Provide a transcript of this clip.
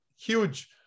huge